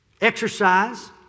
Exercise